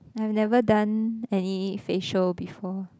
I've never done any facial before